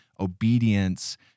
obedience